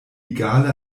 egale